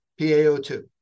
PAO2